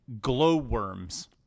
Glowworms